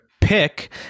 pick